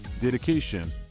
dedication